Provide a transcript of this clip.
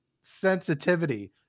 sensitivity